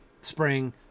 spring